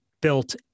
built